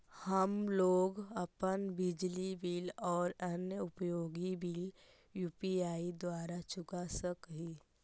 हम लोग अपन बिजली बिल और अन्य उपयोगि बिल यू.पी.आई द्वारा चुका सक ही